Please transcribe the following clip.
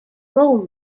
role